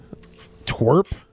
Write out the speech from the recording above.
Twerp